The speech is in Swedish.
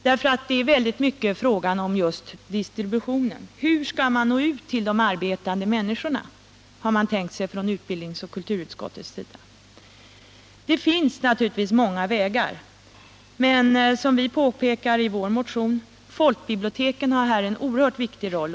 Det är nämligen väldigt mycket en fråga om just distributionen. Hur harman Nr 38 från kulturoch utbildningsutskottens sida tänkt sig att nå ut till de arbetande människorna? Det finns naturligtvis många vägar, men som vi påpekar i vår motion har folkbiblioteken här en oerhört viktig roll.